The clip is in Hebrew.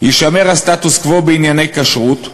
"יישמר הסטטוס-קוו בענייני כשרות.